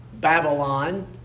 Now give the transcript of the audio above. Babylon